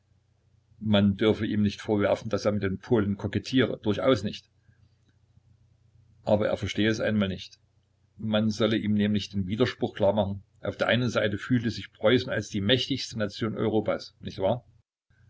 man dürfe ihm nicht vorwerfen daß er mit den polen kokettiere durchaus nicht aber er verstehe es einmal nicht man solle ihm nämlich den widerspruch klar machen auf der einen seite fühle sich preußen als die mächtigste nation europas nicht wahr